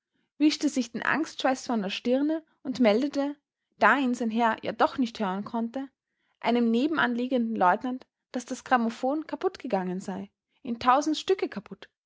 wischte sich den angstschweiß von der stirne und meldete da ihn sein herr ja doch nicht hören konnte einem nebenan liegenden leutnant daß das grammophon kaput gegangen sei in tausend stücke kaput